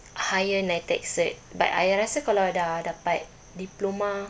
higher NITEC cert but I rasa kalau dah dapat diploma